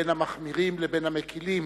בין המחמירים לבין המקלים,